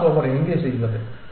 crossover எங்கே செய்வது